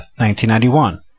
1991